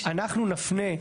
אנחנו נפנה,